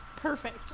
Perfect